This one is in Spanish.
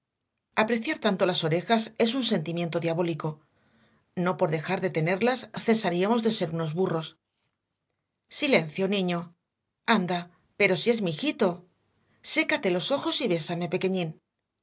apreciar tanto las orejas es un sentimiento diabólico no por dejar de tenerlas cesaríamos de ser unos burros silencio niño anda pero si es mi hijito sécate los ojos y bésame pequeñín